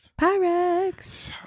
Pyrex